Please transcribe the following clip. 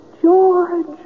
George